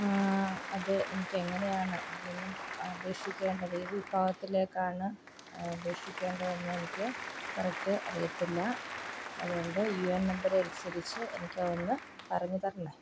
അത് എനിക്കെങ്ങനെയാണ് അതിൽ നിന്നും അപേക്ഷിക്കേണ്ടത് ഏത് വിഭാഗത്തിലേക്കാണ് അപേക്ഷിക്കേണ്ടതെന്നെനിക്ക് കറക്റ്റ് അറിയത്തില്ല അതുകൊണ്ട് യൂ എൻ നമ്പരനുസരിച്ച് എനിക്കതൊന്ന് പറഞ്ഞ് തരണേ